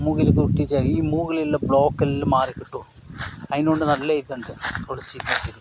മൂക്കിലേക്ക് ഊറ്റിച്ചാൽ ഈ മൂക്കിലുള്ള ബ്ലോക്കെല്ലാം മാറിക്കിട്ടും അതിനുള്ള നല്ല ഇതുണ്ട് തുളസിനെ കൊണ്ട്